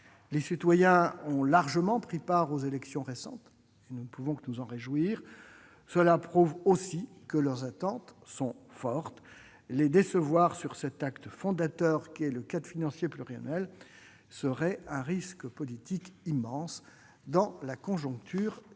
Les citoyens ont largement pris part aux élections récentes ; nous ne pouvons que nous en réjouir. Cela prouve aussi que leurs attentes sont fortes. Les décevoir sur cet acte fondateur qu'est le cadre financier pluriannuel serait courir un risque politique immense dans la conjoncture délicate